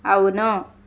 అవును